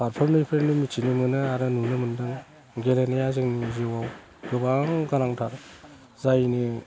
फारफ्रामनिफ्रायनो जोङो मिथिनो मोन्दों आरो नुनो मोन्दों गेलेनाया जोंनि जिउआव गोबां गोनांथार जायनि